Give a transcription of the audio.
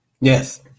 Yes